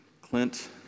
Clint